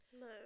No